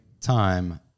time